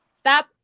Stop